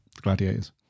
gladiators